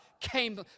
came